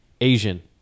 Asian